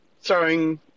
throwing